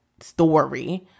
Story